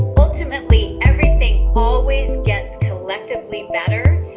ultimately, everything always gets collectively better.